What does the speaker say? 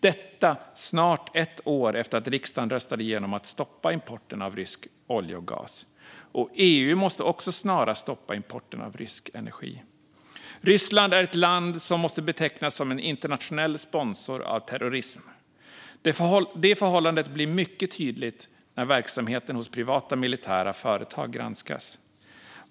Detta sker snart ett år efter att riksdagen röstade igenom att vi skulle stoppa importen av rysk olja och gas. EU måste också snarast stoppa importen av rysk energi. Ryssland är ett land som måste betecknas som en internationell sponsor av terrorism. Detta förhållande blir mycket tydligt när verksamheten hos privata militära företag granskas.